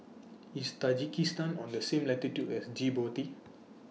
IS Tajikistan on The same latitude as Djibouti